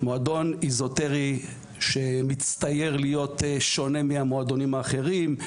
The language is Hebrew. מועדון אזוטרי שמצטייר להיות שונה מהמועדונים האחרים,